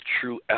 true